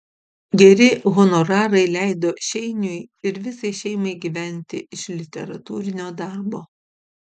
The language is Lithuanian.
geri honorarai leido šeiniui ir visai šeimai gyventi iš literatūrinio darbo